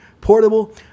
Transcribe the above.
Portable